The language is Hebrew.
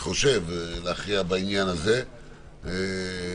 להכריע בעניין הזה, אני חושב.